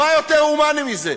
מה יותר הומני מזה?